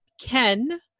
Ken